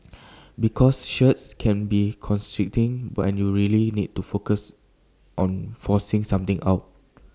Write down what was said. because shirts can be constricting but and you really need to focus on forcing something out